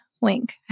Wink